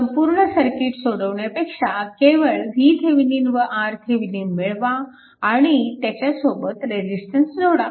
संपूर्ण सर्किट सोडवण्यापेक्षा केवळ VThevenin व RThevenin मिळवा आणि त्याच्यासोबत रेजिस्टन्स जोडा